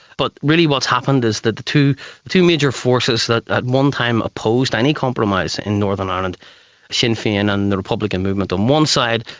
but really what has happened is that the two two major forces that at one time opposed any compromise in northern ireland sinn fein and the republican movement on one side,